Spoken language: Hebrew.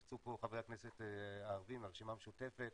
יצאו פה חברי הכנסת הערביים מהרשימה המשותפת,